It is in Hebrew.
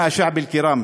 (אומר דברים בשפה הערבית,